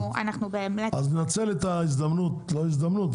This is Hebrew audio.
אז ננצל את ההזדמנות לא הזדמנות,